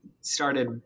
started